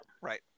Right